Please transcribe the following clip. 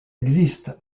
existent